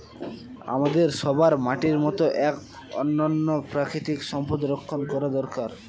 আমাদের সবার মাটির মতো এক অনন্য প্রাকৃতিক সম্পদ সংরক্ষণ করা দরকার